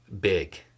Big